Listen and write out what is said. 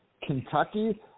Kentucky